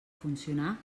funcionar